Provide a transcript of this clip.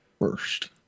first